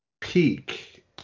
peak